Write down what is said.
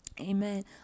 Amen